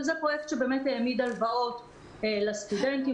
וזה פרויקט שהעמיד הלוואות לסטודנטים